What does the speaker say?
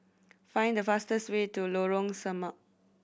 find the fastest way to Lorong Samak